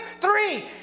three